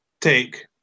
take